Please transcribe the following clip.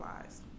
lives